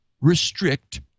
restrict